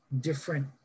different